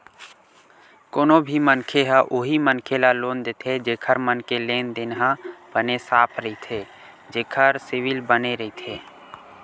कोनो भी मनखे ह उही मनखे ल लोन देथे जेखर मन के लेन देन ह बने साफ रहिथे जेखर सिविल बने रहिथे